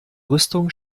rüstung